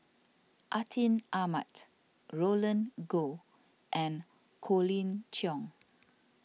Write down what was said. Atin Amat Roland Goh and Colin Cheong